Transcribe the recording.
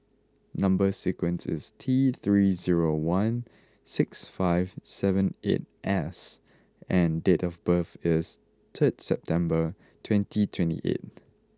number sequence is T three zero one six five seven eight S and date of birth is third September twenty twenty eight